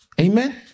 Amen